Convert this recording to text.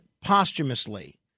posthumously